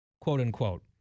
quote-unquote